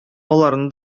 аларны